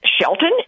Shelton